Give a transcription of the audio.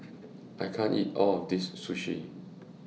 I can't eat All of This Sushi